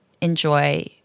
enjoy